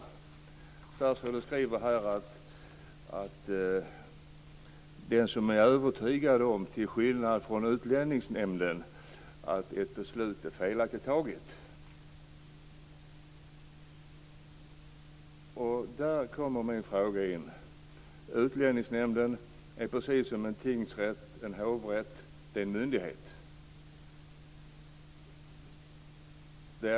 Statsrådet skriver om den som till skillnad från Utlänningsnämnden är övertygad om att ett beslut är felaktigt fattat, och där kommer min fråga in. Utlänningsnämnden är, precis som en tingsrätt eller en hovrätt, en myndighet.